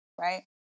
right